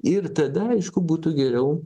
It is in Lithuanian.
ir tada aišku būtų geriau